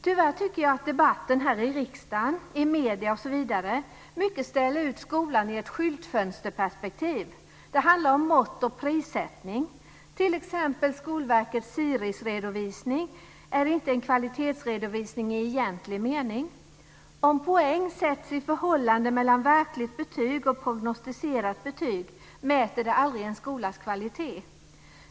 Tyvärr tycker jag att debatten här i riksdagen, i medierna osv. mycket ställer ut skolan i ett skyltfönsterperspektiv. Det handlar om mått och prissättning. T.ex. är Skolverkets Sirisredovisning inte en kvalitetsredovisning i egentlig mening. Om poäng sätts i förhållandet mellan verkligt betyg och prognostiserat betyg, mäter det aldrig en skolas kvalitet.